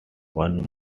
one